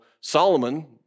Solomon